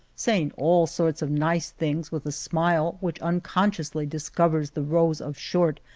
saying all sorts of nice things with a smile which un consciously discov ers the rows of short,